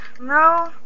no